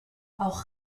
auch